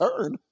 turn